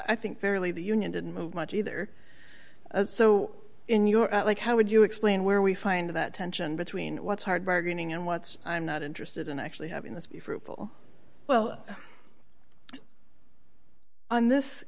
i think fairly the union didn't move much either so in your like how would you explain where we find that tension between what's hard bargaining and what's i'm not interested in actually having this be fruitful well on this